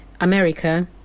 America